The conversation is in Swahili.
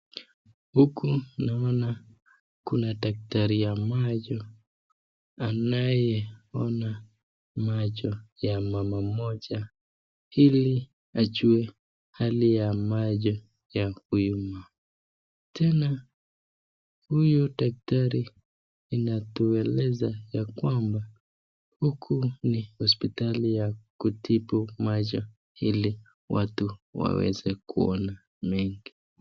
Huku naona kuna daktari a macho anayeona macho ya mama mmoja ili ajue hali ya macho ya huyu mama. Tena huyu daktari inatueleza ya kwamba huku ni hospitali ya kutibu macho ili watu waweze kuona mengi.